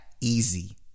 easy